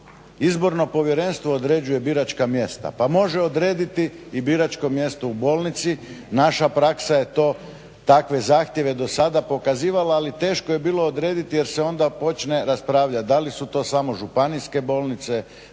Izborno povjerenstvo određuje biračka mjesta pa može odrediti biračko mjesto u bolnici. Naša praksa je takve zahtjeve do sada pokazivala ali teško je bilo odrediti jer se onda počne raspravljati da li su to samo županijske bolnice,